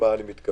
למה אני מתכוון?